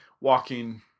walking